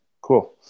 Cool